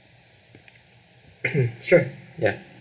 sure yeah